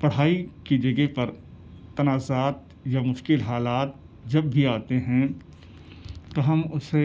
پڑھائی کی جگہ پر تنازعات یا مشکل حالات جب بھی آتے ہیں تو ہم اسے